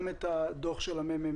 גם את הדוח של מרכז המחקר,